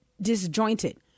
disjointed